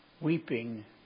weeping